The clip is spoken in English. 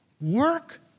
work